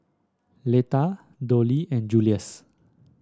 Letta Dollie and Julius